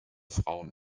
frauen